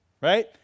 right